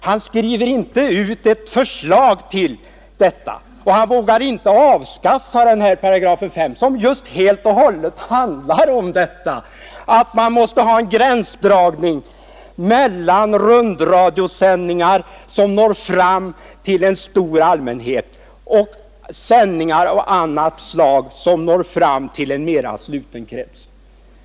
Han skriver inte ut ett förslag till detta, och han vågar inte avskaffa § 5 som helt och hållet handlar om att man måste ha en gränsdragning mellan rundradiosändningar som når fram till en stor allmänhet och sändningar av annat slag, som når fram till en mera sluten krets.